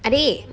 adik